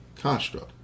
construct